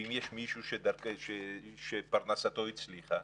ואם יש מישהו שפרנסתו הצליחה,